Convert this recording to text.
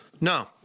No